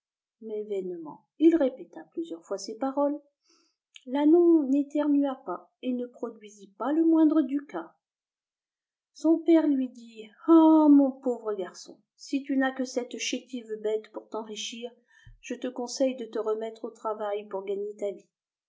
vainement il répéta plusieurs fois ces paroles l'ànon n'éternua pas et ne produisit pas la moindre ducat son père lui dit ah mon pauvre garçon si tu n'as que cette chétive bête pour t'enrichir je te conseille de te remettre au travail pour gagner ta vie